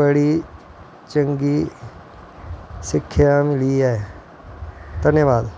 बड़ी चंगी सिक्खेआ मिगी ऐ धन्यबाद